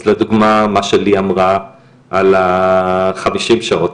אז לדוגמא מה שלי אמרה על החמישים שעות,